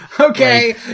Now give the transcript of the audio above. Okay